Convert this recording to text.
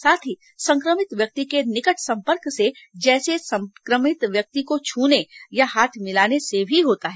साथ ही संक्रमित व्यक्ति के निकट संपर्क से जैसे संक्रमित व्यक्ति को छूने या हाथ मिलाने से भी होता है